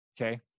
Okay